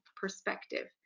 perspective